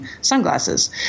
sunglasses